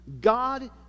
God